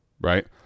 right